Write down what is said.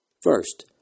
First